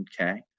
okay